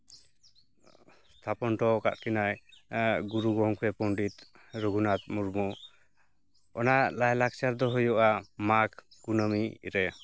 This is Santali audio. ᱛᱷᱟᱯᱚᱱ ᱦᱚᱴᱚ ᱠᱟᱜ ᱠᱤᱱᱟᱹᱭ ᱜᱩᱨᱩ ᱜᱚᱝᱠᱮ ᱯᱚᱱᱰᱤᱛ ᱨᱟᱹᱜᱷᱩᱱᱟᱛᱷ ᱢᱩᱨᱢᱩ ᱚᱱᱟ ᱞᱟ ᱭᱼᱞᱟᱠᱪᱟᱨ ᱫᱚ ᱦᱩᱭᱩᱜᱼᱟ ᱢᱟᱜᱽ ᱠᱩᱱᱟᱹᱢᱤ ᱨᱮ